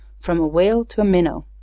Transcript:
from a whale to a minnow.